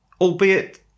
albeit